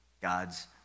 God's